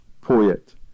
poet